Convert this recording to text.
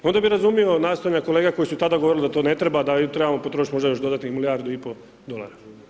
Onda bi razumio nastojanja kolega koji su tada govorili da to ne treba, da mi trebamo potrošiti još možda dodatnih milijardu i pol dolara.